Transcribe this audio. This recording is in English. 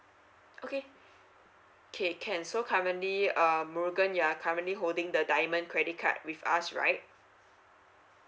okay okay can so currently um murugan you are currently holding the diamond credit card with us right